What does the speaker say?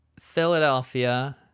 Philadelphia